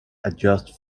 adjust